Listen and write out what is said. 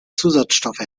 zusatzstoffe